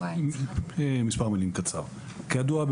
כידוע,